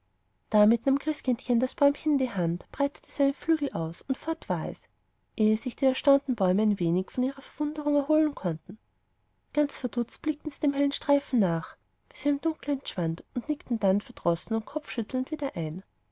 damit nahm christkindchen das bäumchen in die hand breitete seine flügel aus und fort war es ehe sich die erstaunten bäume ein wenig von ihrer verwunderung erholen konnten ganz verdutzt blickten sie dem hellen streifen nach bis er im dunkel entschwand und nickten dann verdrossen und kopfschüttelnd wieder ein